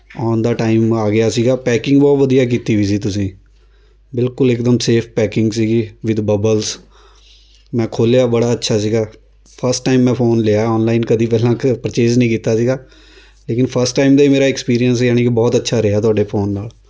on ਦਾ time ਆ ਗਿਆ ਸੀਗਾ ਪੈਕਿੰਗ ਬਹੁਤ ਵਧੀਆ ਕੀਤੀ ਵੀ ਸੀ ਤੁਸੀਂ ਬਿਲਕੁਲ ਇਕਦਮ ਸੇਫ ਪੈਕਿੰਗ ਸੀਗੀ ਵਿੱਦ ਬਬਲਸ ਮੈਂ ਖੋਲ੍ਹਿਆ ਬੜਾ ਅੱਛਾ ਸੀਗਾ ਫਸਟ ਟਾਈਮ ਮੈਂ ਫ਼ੋਨ ਲਿਆ ਔਨਲਾਈਨ ਕਦੀ ਪਹਿਲਾਂ ਕ ਪਰਚੇਜ਼ ਨਹੀਂ ਕੀਤਾ ਸੀਗਾ ਲੇਕਿਨ ਫਸਟ ਟਾਈਮ ਦਾ ਹੀ ਮੇਰਾ ਐਕਸਪੀਰੀਅਂਸ ਯਾਨੀ ਕਿ ਬਹੁਤ ਅੱਛਾ ਰਿਹਾ ਤੁਹਾਡੇ ਫ਼ੋਨ ਨਾਲ